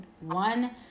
one